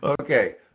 Okay